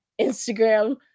Instagram